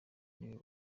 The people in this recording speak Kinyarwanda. niwe